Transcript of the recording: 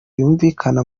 yumvikana